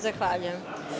Zahvaljujem.